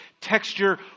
texture